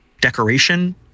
decoration